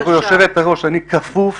גבירתי היושבת-ראש, אני כפוף